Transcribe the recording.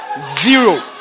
Zero